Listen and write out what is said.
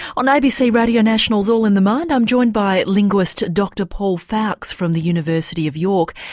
on abc radio national's all in the mind i'm joined by linguist dr paul foulkes from the university of york,